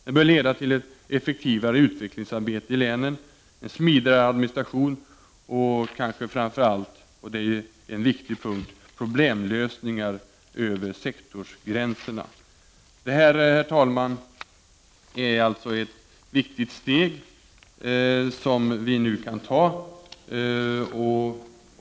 Det bör leda till ett effektivare utvecklingsarbete i länen, en smidigare administration och kanske framför allt, vilket är en viktig punkt, problemlösningar över sektorsgränserna. Herr talman! Det är således ett viktigt steg som vi nu kan ta.